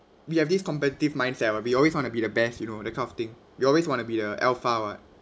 we have this competitive mindset we always want to be the best you know that kind of thing you always want to be the alpha [what]